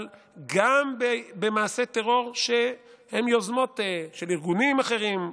אבל גם במעשי טרור שהם יוזמות של ארגונים אחרים,